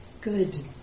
good